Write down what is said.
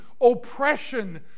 oppression